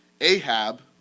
Ahab